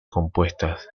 compuestas